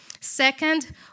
Second